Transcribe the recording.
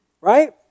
right